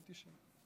90-90,